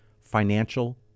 financial